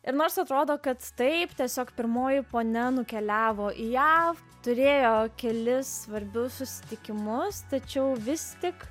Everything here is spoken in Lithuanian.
ir nors atrodo kad taip tiesiog pirmoji ponia nukeliavo į jav turėjo kelis svarbius susitikimus tačiau vis tik